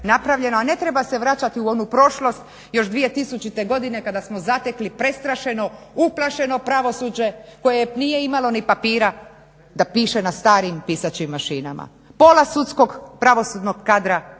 a ne treba se vraćati u onu prošlost još 2000. godine kada smo zatekli prestrašeno uplašeno pravosuđe koje nije imalo ni papira da piše na starim pisaćim mašinama. Pola sudskog pravosudnog kadra